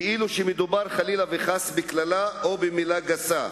כאילו מדובר חלילה וחס בקללה או במלה גסה,